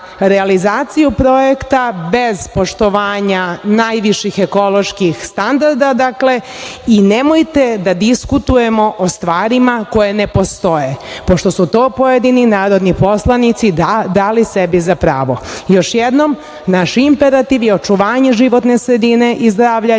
realizaciju projekta bez poštovanja najviših ekoloških standarda, dakle, i nemojte da diskutujemo o stvarima koje ne postoje, pošto su to pojedini narodni poslanici dali sebi za pravo. Još jednom, naš imperativ je očuvanje životne sredine i zdravlja ljudi